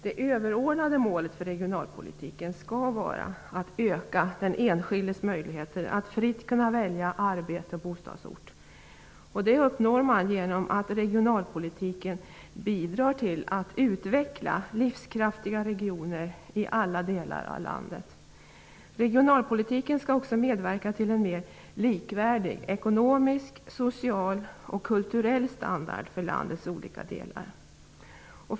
Det överordnade målet för regionalpolitiken skall vara att öka den enskildes möjligheter att fritt kunna välja arbete och bostadsort. Det uppnår man genom att regionalpolitiken bidrar till att utveckla livskraftiga regioner i alla delar av landet. Regionalpolitiken skall också medverka till en mer likvärdig ekonomisk, social och kulturell standard för landets olika delar.